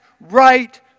right